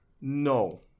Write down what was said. No